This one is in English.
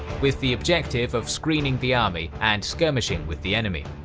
with the objective of screening the army and skirmishing with the enemy.